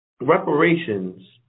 reparations